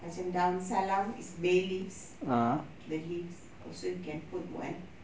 macam daun salam is basil leaves basil leaves also can put one